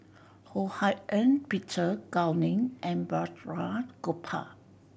Ho Hak Ean Peter Gao Ning and Balraj Gopal